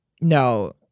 no